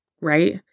right